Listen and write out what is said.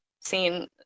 seen